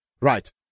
Right